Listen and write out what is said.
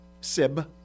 Sib